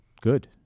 Good